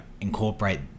incorporate